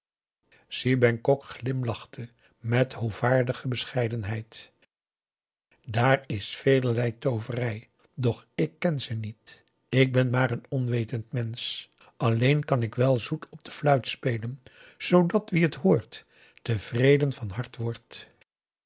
luisteren si bengkok glimlachte met hoovaardige bescheidenheid daar is velerlei tooverij doch ik ken ze niet ik ben maar een onwetend mensch alleen kan ik wel zoet op de fluit spelen zoodat wie het hoort tevreden van hart wordt